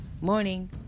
Morning